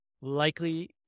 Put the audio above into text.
likely